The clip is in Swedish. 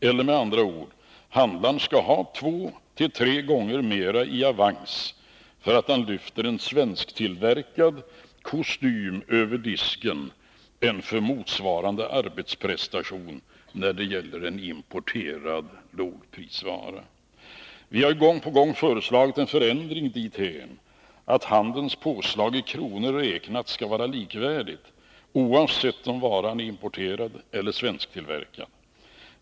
Eller med andra ord: handlaren skall ha två till tre gånger mera i avans för att han lyfter en svensktillverkad vara över disken än för motsvarande arbetsprestation när det gäller en importerad lågprisvara. Vi har gång på gång föreslagit en förändring dithän, att handelns påslag i kronor räknat skall vara likvärdigt, oavsett om varan är importerad eller svensktillverkad.